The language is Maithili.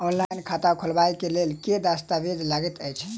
ऑनलाइन खाता खोलबय लेल केँ दस्तावेज लागति अछि?